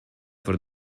for